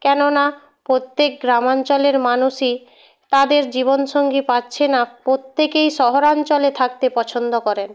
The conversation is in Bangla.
কেননা প্রত্যেক গ্রামাঞ্চলের মানুষই তাদের জীবন সঙ্গী পাচ্ছে না প্রত্যেকেই শহরাঞ্চলে থাকতে পছন্দ করেন